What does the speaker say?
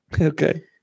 Okay